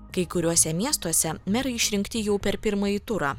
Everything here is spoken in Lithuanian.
kai kuriuose miestuose merai išrinkti jau per pirmąjį turą